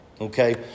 Okay